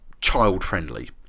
child-friendly